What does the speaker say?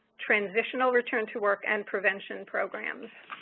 transitional return to work and intervention programs.